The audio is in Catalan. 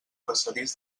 passadís